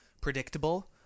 predictable